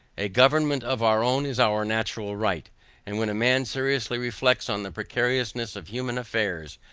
a government of our own is our natural right and when a man seriously reflects on the precariousness of human affairs,